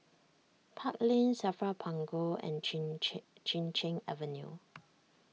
Park Lane Safra Punggol and Chin Chin Cheng Avenue